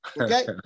okay